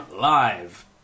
live